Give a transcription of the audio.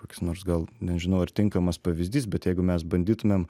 kokius nors gal nežinau ar tinkamas pavyzdys bet jeigu mes bandytumėm